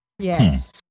Yes